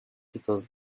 because